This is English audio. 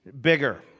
bigger